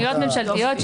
הכול בסדר.